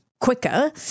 quicker